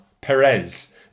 Perez